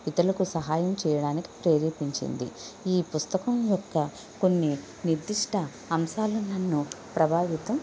ఇతరులకు సహాయం చేయడం ప్రేరేపించింది ఈ పుస్తకం యొక్క కొన్ని నిర్దిష్ట అంశాలు నన్ను ప్రభావితం